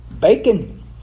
bacon